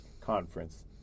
conference